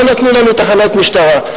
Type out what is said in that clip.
לא נתנו לנו תחנת משטרה.